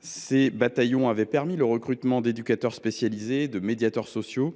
ces bataillons ont permis le recrutement d’éducateurs spécialisés et de médiateurs sociaux